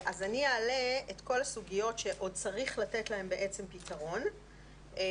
אז אני אעלה את כל הסוגיות שעוד צריך לתת להן פתרון ואני